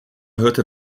hörte